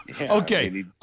Okay